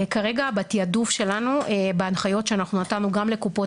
כרגע בתיעדוף שלנו בהנחיות שאנחנו נתנו גם לקופות